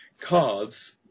cards